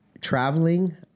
traveling